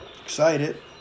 Excited